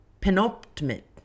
Penultimate